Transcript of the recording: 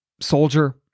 soldier